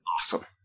awesome